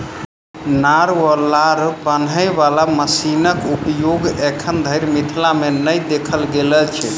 नार वा लार बान्हय बाला मशीनक उपयोग एखन धरि मिथिला मे नै देखल गेल अछि